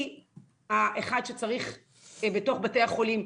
מהאחד שצריך בתוך בתי החולים,